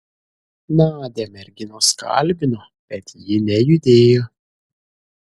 nadią merginos kalbino bet ji nejudėjo